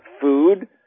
food